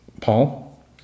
Paul